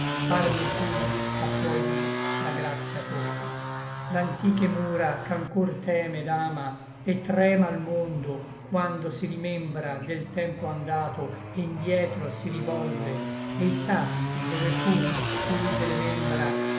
parmi pur ch'a tuoi dí la gratia tocchi l'antiche mura ch'anchor teme et ama et trema l mondo quando si rimembra del tempo andato e n dietro si rivolve e i sassi dove fur chiuse le membra